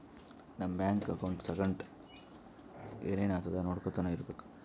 ನಮ್ ಬ್ಯಾಂಕ್ದು ಅಕೌಂಟ್ ಸಂಗಟ್ ಏನ್ ಏನ್ ಆತುದ್ ನೊಡ್ಕೊತಾ ಇರ್ಬೇಕ